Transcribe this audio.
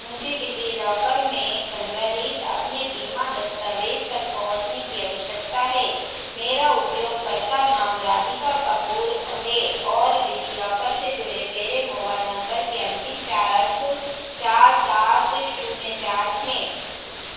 मुझे डिज़िलॉकर में सन्ग्रहीत अपने बीमा दस्तावेज़ तक पहुँचने की आवश्यकता है मेरा उपयोगकर्ता नाम राधिका कपूर है और डिज़िलॉकर से जुड़े मेरे मोबाइल नम्बर के अन्तिम चार अंक चार सात शून्य चार हैं